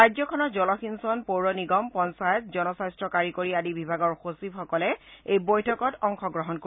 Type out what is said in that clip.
ৰাজ্যখনৰ জলসিঞ্চন পৌৰ নিগম পঞ্চায়ত জনস্বাস্থ্য কাৰিকৰী আদি বিভাগৰ সচিবসকলে এই বৈঠকত অংশগ্ৰহণ কৰিব